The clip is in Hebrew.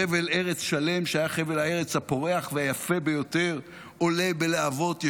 חבל ארץ שלם שהיה חבל הארץ הפורח והיפה ביותר עולה בלהבות.